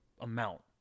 amount